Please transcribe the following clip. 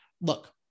look